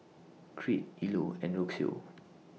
Crete Ilo and Rocio